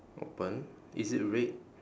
open is it red